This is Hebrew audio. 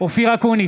אופיר אקוניס,